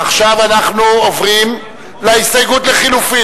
עכשיו אנחנו עוברים להסתייגות לחלופין.